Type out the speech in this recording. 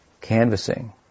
canvassing